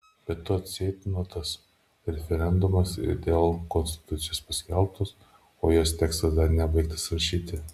be to ceitnotas referendumas dėl konstitucijos paskelbtas o jos tekstas dar nebaigtas rašyti